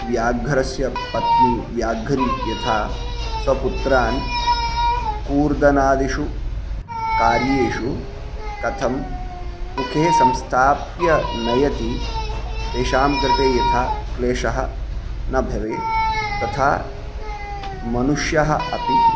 व्याघ्रस्य पत्नी व्याघ्री यथा स्वपुत्रान् कूर्दनादिषु कार्येषु कथम् मुखे संस्थाप्य नयति तेषां कृते यथा क्लेषः न भवेत् तथा मनुष्यः अपि